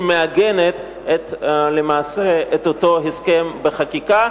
שמעגנת למעשה את אותו הסכם בחקיקה,